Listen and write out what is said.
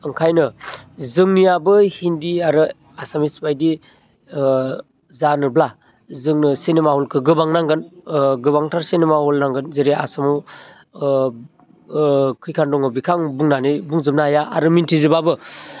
ओंखायनो जोंनियाबो हिन्दी आरो एसामिसबायदि ओ जानोब्ला जोंनो सिनेमा हलखौ गोबां नांगोन ओ गोबांथार सिनेमा हल नांगोन जेरै आसामाव ओ ओ खैखान दङ बेखो बुंनानै बुंजोबो हाया आरो मिथिजोबाबो